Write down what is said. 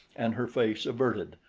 and her face averted,